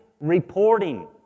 reporting